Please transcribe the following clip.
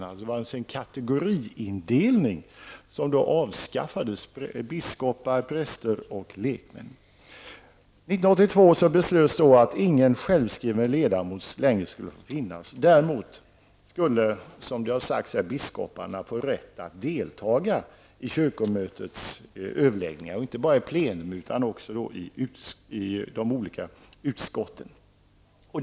Det var alltså en kategoriindelning som avskaffades -- biskopar, präster och lekmän. 1982 fattades beslut om att ingen självskriven ledamot längre skulle få finnas. Däremot skulle, som det har sagts här, biskoparna få rätt att deltaga i kyrkomötets överläggningar, inte bara i plenum utan även i de olika utskotten.